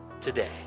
today